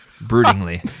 Broodingly